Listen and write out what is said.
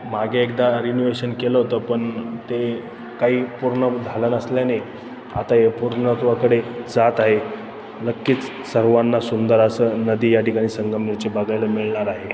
मागे एकदा रिनिवेशन केलं होतं पण ते काही पूर्ण झालं नसल्याने आता हे पूर्णत्वाकडे जात आहे नक्कीच सर्वांना सुंदर असं नदी या ठिकाणी संगमनेरची बघायला मिळणार आहे